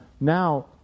Now